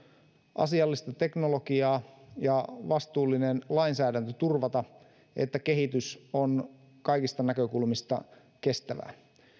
asiallista teknologiaa ja vastuullinen lainsäädäntö turvata että kehitys on kaikista näkökulmista kestävää